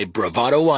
Bravado